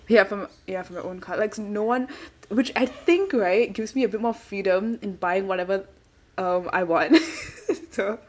ya from my from my own card like no one which I think right gives me a bit more freedom in buying whatever uh I want so